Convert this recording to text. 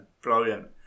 brilliant